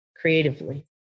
creatively